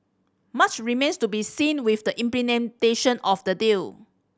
much remains to be seen with the implementation of the deal